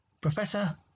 professor